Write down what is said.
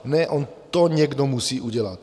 Ne, on to někdo musí udělat.